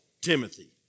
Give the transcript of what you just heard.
Timothy